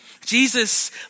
Jesus